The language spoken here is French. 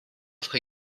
offre